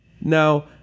Now